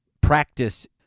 practice